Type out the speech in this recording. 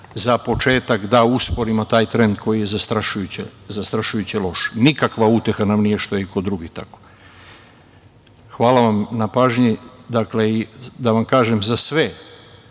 Za početak da usporimo taj trend koji je zastrašujuće loš. Nikakva uteha nam nije što je i kod drugih tako. Hvala vam na pažnji. Da vam kažem za sve